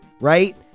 right